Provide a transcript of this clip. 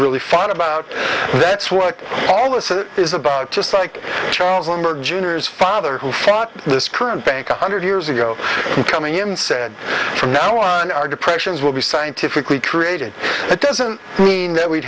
really fun about that's what all us it is about just like charles lindbergh jr is father who fought this current bank a hundred years ago coming in and said from now on our depressions will be scientifically created it doesn't mean that we'd